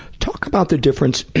talk about the difference